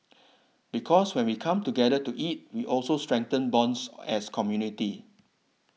because when we come together to eat we also strengthen bonds as community